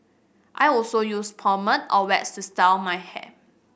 I also use pomade or wax to style my hair